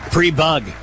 Pre-bug